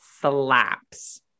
slaps